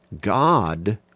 God